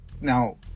now